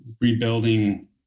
rebuilding